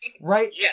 right